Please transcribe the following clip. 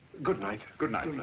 good night. good night.